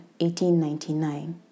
1899